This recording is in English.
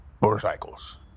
motorcycles